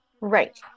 right